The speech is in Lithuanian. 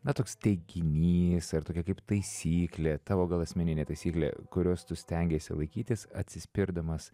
na toks teiginys ar tokia kaip taisyklė tavo gal asmeninė taisyklė kurios tu stengiesi laikytis atsispirdamas